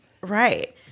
Right